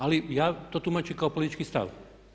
Ali ja to tumačim kao politički stav.